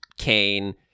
Cain